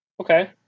Okay